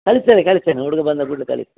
ಕಳಿಸ್ತೇವೆ ಕಳಿಸ್ತೇನೆ ಹುಡ್ಗ ಬಂದ ಕೂಡಲೆ ಕಳಿಸಿ